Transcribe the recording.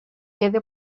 quede